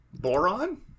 boron